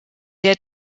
der